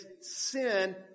sin